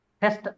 test